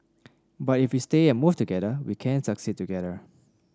but if we stay and move together we can succeed together